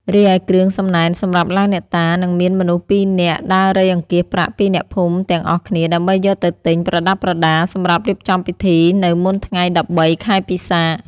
រីឯគ្រឿងសំណែនសម្រាប់ឡើងអ្នកតារនិងមានមនុស្សពីរនាក់ដើររៃអង្គាសប្រាក់ពីអ្នកភូមិទាំងអស់គ្នា ដើម្បីយកទៅទិញ ប្រដាប់ប្រដា សម្រាប់រៀបចំពិធី នៅមុនថ្ងៃ១៣ ខែពិសាខ។